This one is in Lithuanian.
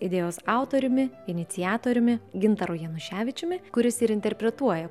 idėjos autoriumi iniciatoriumi gintaru januševičiumi kuris ir interpretuoja